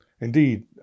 Indeed